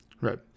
right